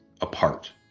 apart